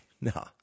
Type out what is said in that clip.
No